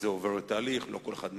זה עובר תהליך, לא כל אחד מתאים.